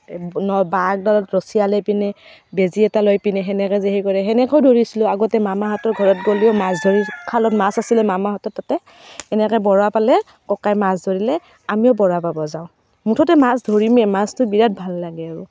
বাঁহ একডালত ৰছী আলাই পিনে বেজি এটা লৈ পিনে সেনেকৈ যে সেই কৰে সেনেকৈও ধৰিছিলো আগতে মামাহঁতৰ ঘৰত গ'লেও মাছ ধৰি খালত মাছ আছিলে মামাহঁতৰ তাতে এনেকৈ বৰা বালে ককাই মাছ ধৰিলে আমিও বৰা বাব যাওঁ মুঠতে মাছ ধৰিমে মাছটো বিৰাট ভাল লাগে আৰু